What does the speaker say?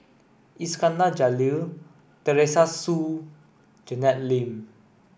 Iskandar Jalil Teresa Hsu Janet Lim